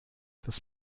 das